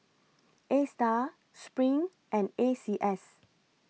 A STAR SPRING and A C S